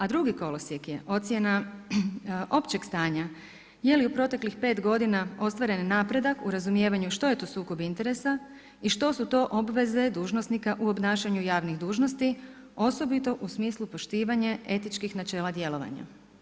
A drugi kolosijek je ocjena općeg stanja je li u proteklih pet godina ostvaren napredak u razumijevanju što je to sukob interesa i što su to obveze dužnosnika u obnašanju javnih dužnosti osobito u smislu poštivanje etičkih načela djelovanja.